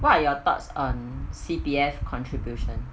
what're your thoughts on C_P_F contribution